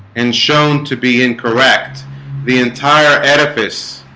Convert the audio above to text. and shown to be incorrect the entire edifice